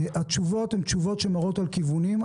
התשובות הן תשובות שמראות על כיוונים,